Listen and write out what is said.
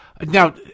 Now